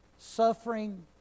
Suffering